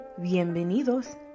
bienvenidos